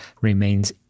remains